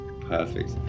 Perfect